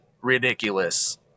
ridiculous